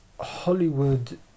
Hollywood